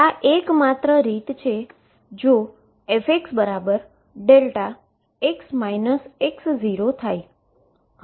આ એકમાત્ર રીત છે જો fxδ થાય